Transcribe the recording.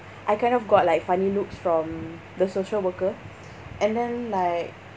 I kind of got like funny looks from the social worker and then like